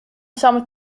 samar